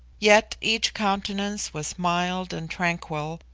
yet each countenance was mild and tranquil,